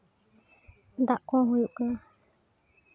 ᱫᱟᱜ ᱠᱚ ᱮᱢ ᱦᱩᱭᱩᱜ ᱠᱟᱱᱟ